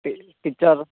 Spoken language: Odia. T teacher